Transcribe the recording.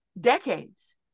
decades